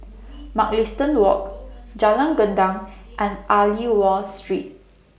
Mugliston Walk Jalan Gendang and Aliwal Street